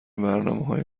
برنامههای